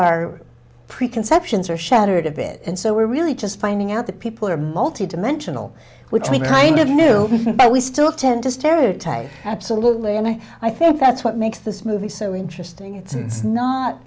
our preconceptions are shattered a bit and so we're really just finding out that people are multi dimensional which we kind of knew but we still tend to stereotype absolutely and i i think that's what makes this movie so interesting it's not